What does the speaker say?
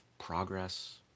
Progress